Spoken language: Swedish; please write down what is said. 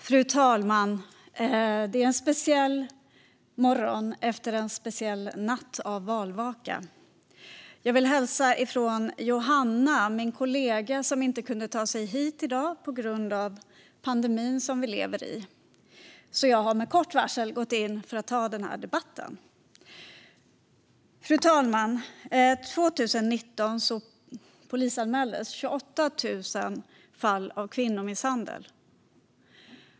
Fru talman! Det är en speciell morgon efter en speciell natt av valvaka. Jag vill hälsa från Johanna, min kollega, som inte kunde ta sig hit i dag på grund av den pandemi som vi lever i. Jag har med kort varsel gått in för att ta denna debatt. Fru talman! År 2019 polisanmäldes 28 000 fall av kvinnomisshandel.